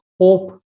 hope